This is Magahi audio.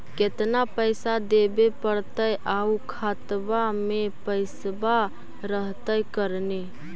केतना पैसा देबे पड़तै आउ खातबा में पैसबा रहतै करने?